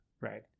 right